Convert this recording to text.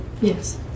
Yes